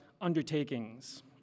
undertakings